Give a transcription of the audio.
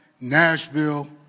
Nashville